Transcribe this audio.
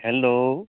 hello